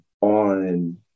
on